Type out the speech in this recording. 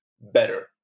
better